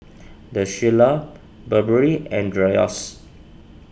the Shilla Burberry and Dreyers